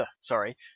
Sorry